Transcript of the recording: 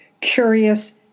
curious